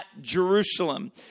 Jerusalem